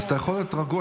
אז אתה יכול להיות רגוע.